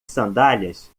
sandálias